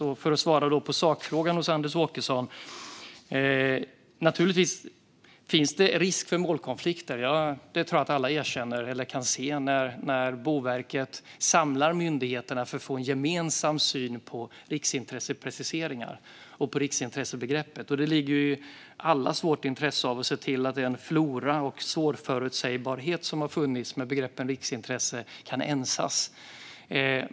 Jag ska då svara på sakfrågan från Anders Åkesson. Naturligtvis finns det risk för målkonflikter. Det tror jag att alla erkänner eller kan se när Boverket samlar myndigheterna för att få en gemensam syn på riksintressepreciseringar och på riksintressebegreppet. Det ligger i allas vårt intresse, med tanke på hur svårförutsägbart det är, att se till att den flora som har funnits när det gäller begreppet riksintresse kan ensas.